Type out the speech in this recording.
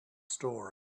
story